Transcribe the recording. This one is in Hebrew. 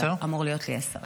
אמורות להיות לי עשר.